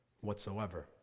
whatsoever